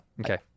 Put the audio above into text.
Okay